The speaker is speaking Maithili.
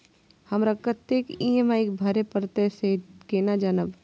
हमरा कतेक ई.एम.आई भरें परतें से केना जानब?